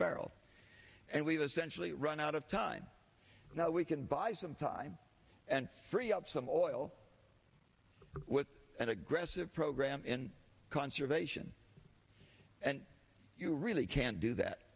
barrel and we've essentially run out of time now we can buy some time and free up some oil with an aggressive program and conservation and you really can't do that